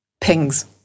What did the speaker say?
pings